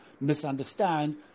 misunderstand